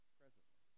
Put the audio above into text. presently